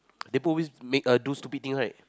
Deadpool always make err do stupid thing right